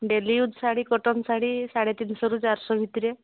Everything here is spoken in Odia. daily use sari cotton sari ସାଢ଼େ ତିନିଶହରୁ ଚାରିଶହ ଭିତରେ